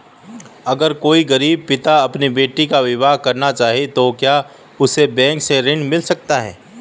अगर कोई गरीब पिता अपनी बेटी का विवाह करना चाहे तो क्या उसे बैंक से ऋण मिल सकता है?